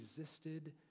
existed